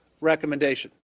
recommendation